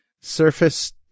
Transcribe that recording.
Surface